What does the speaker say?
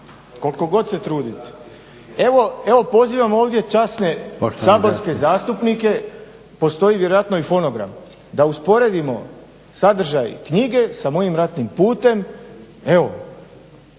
koliko god se trudite. Evo, pozivam ovdje časne saborske zastupnike, postoji vjerojatno i fonogram, da usporedimo sadržaj knjige sa mojim ratnim putem. Evo,